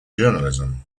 journalism